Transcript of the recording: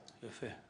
יפה.